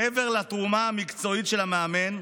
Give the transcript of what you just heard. מעבר לתרומה המקצועית של המאמן,